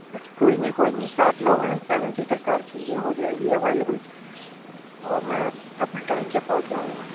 اچھا کوئی نہیں کوئی نہیں سات لوگ ہیں سیون سیٹر کار چاہیے ہو جائے گی اویلیبل اور میں اپنے ٹائم سے پہنچ جاؤں گا